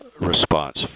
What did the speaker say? response